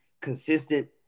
consistent